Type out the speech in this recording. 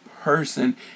Person